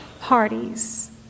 parties